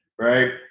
right